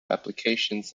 applications